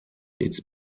its